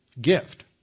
Gift